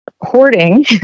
hoarding